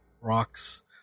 rocks